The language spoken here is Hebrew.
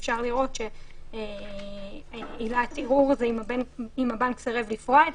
אפשר לראות שעילת ערעור היא אם הבנק סירב לפרוע את